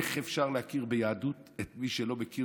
איך אפשר להכיר ביהדות במי שלא מכיר